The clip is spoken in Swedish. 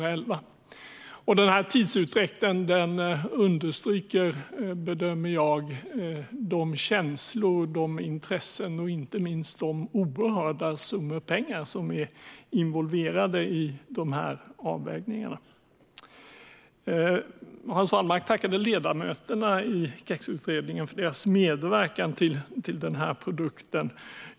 Jag bedömer att denna tidsutdräkt understryker de känslor, de intressen och inte minst de oerhört stora summor pengar som är involverade i dessa avvägningar. Hans Wallmark tackade ledamöterna i KEX-utredningen för deras medverkan till denna produkt.